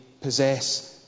possess